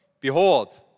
Behold